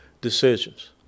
decisions